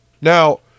Now